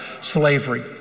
slavery